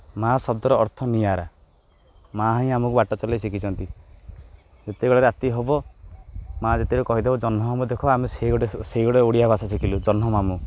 ମା' ଶବ୍ଦର ଅର୍ଥ ନିଆରା ମା' ହିଁ ଆମକୁ ବାଟ ଚଲାଇ ଶିଖାଇଛନ୍ତି ଯେତେବେଳେ ରାତି ହେବ ମା' ଯେତେବେଳେ କହିଦେବ ଜହ୍ମମାମୁଁ ଦେଖ ଆମେ ସେ ଗୋଟେ ସେଇ ଗୋଟେ ଓଡ଼ିଆ ଭାଷା ଶିଖିଲୁ ଜହ୍ନମାମୁଁ